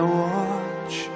watch